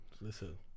Listen